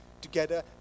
together